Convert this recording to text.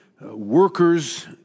workers